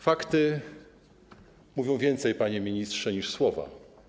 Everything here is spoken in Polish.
Fakty mówią więcej, panie ministrze, niż słowa.